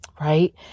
right